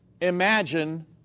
imagine